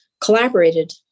collaborated